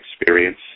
experience